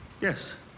yes